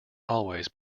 always